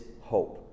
hope